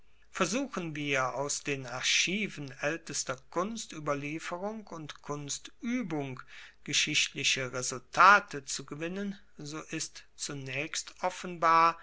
versuchen wir aus den archiven aeltester kunstueberlieferung und kunstuebung geschichtliche resultate zu gewinnen so ist zunaechst offenbar